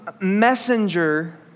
messenger